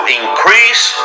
increase